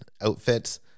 outfits